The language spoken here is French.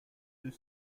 deux